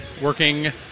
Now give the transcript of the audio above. working